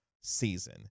season